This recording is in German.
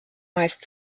meist